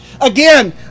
Again